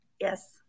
Yes